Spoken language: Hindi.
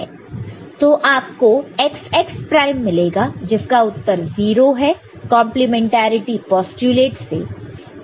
तो आप को x x प्राइम मिलेगा जिसका उत्तर 0 है कंप्लीमेंट्री पोस्टयूलेट से